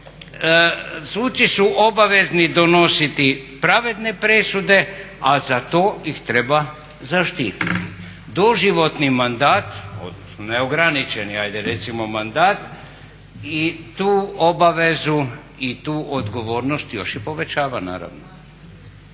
suci su obavezni donositi pravedne presude, a za to ih treba zaštititi. Doživotni mandat, odnosno neograničeni ajde recimo mandat i tu obavezu i tu odgovornost još i povećava naravno.